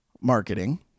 marketing